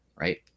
right